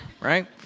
right